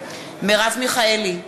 מרב מיכאלי,